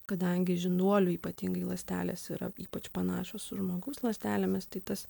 kadangi žinduolių ypatingai ląstelės yra ypač panašios su žmogaus ląstelėmis tai tas